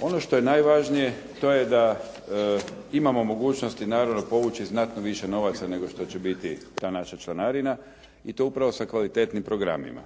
Ono što je najvažnije to je da imamo mogućnosti naravno povući znatno više novaca nego što će biti ta naša članarina i to upravo sa kvalitetnim programima.